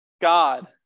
God